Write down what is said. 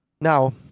Now